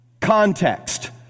context